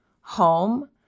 home